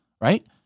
right